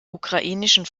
ukrainischen